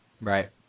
Right